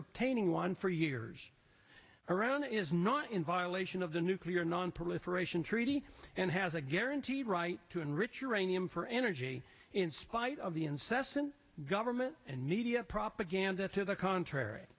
attaining one for years around is not in violation of the nuclear nonproliferation treaty and has a guarantee the right to enrich uranium for energy in spite of the incessant government and media propaganda to the contrary